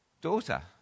Daughter